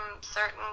certain